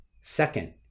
Second